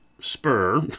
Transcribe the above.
spur